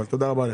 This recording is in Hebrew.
תודה רבה לך.